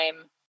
time